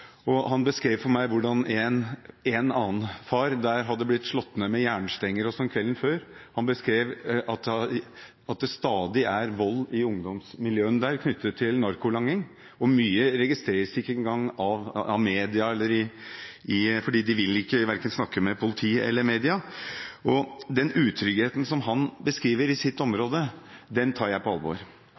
Han beskrev for meg hvordan en annen far der hadde blitt slått ned med jernstenger kvelden før. Han beskrev at det stadig er vold knyttet til narkolanging i ungdomsmiljøene der. Mye registreres ikke engang av media, for de vil ikke snakke med verken politiet eller media. Den utryggheten som han beskriver i sitt område, tar jeg på alvor.